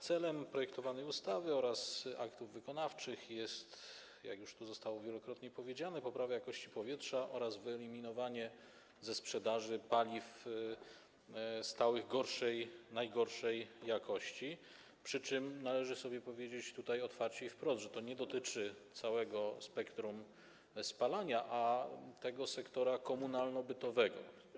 Celem projektowanej ustawy oraz aktów wykonawczych jest, jak już tu zostało wielokrotnie powiedziane, poprawa jakości powietrza oraz wyeliminowanie ze sprzedaży paliw stałych gorszej, najgorszej jakości, przy czym należy sobie powiedzieć tutaj otwarcie i wprost, że to nie dotyczy całego spektrum spalania, a sektora komunalno-bytowego.